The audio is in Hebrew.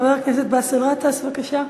חבר הכנסת באסל גטאס, בבקשה.